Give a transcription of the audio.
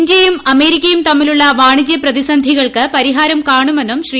ഇന്ത്യയും അമേരിക്കയും തമ്മിലുള്ള വാണിജ്ച് പ്രിസന്ധികൾക്ക് പരിഹാരം കാണുമെന്നും ശ്രീ